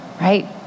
Right